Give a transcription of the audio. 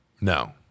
No